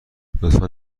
لطفا